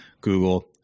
Google